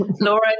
Laura